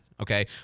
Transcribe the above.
okay